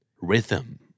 Rhythm